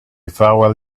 farewell